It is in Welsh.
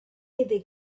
iddi